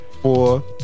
four